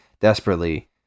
desperately